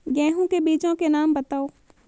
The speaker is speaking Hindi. गेहूँ के बीजों के नाम बताओ?